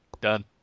done